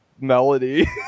melody